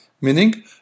meaning